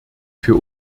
für